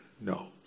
No